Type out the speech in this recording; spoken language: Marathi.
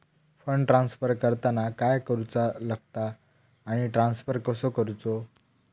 फंड ट्रान्स्फर करताना काय करुचा लगता आनी ट्रान्स्फर कसो करूचो?